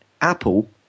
Apple